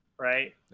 Right